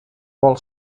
vol